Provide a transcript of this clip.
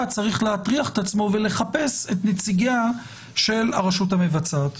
צריך להטריח את עצמו ולחפש את נציגיה של הרשות המבצעת.